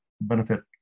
benefit